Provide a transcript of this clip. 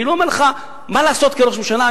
אני לא אומר לך מה לעשות כראש ממשלה.